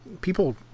People